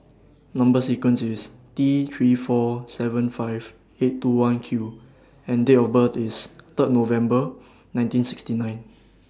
Number sequence IS T three four seven five eight two one Q and Date of birth IS Third November nineteen sixty nine